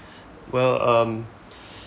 well um